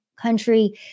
country